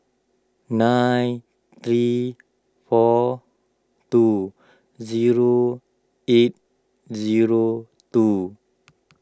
nine three four two zero eight zero two